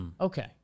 Okay